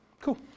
cool